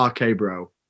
RK-Bro